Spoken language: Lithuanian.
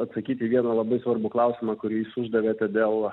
atsakyt į vieną labai svarbų klausimą kurį jūs uždavėte dėl